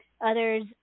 others